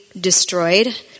destroyed